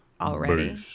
already